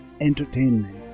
entertainment